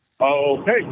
Okay